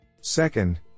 Second